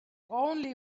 only